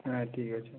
হ্যাঁ ঠিক আছে